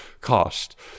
cost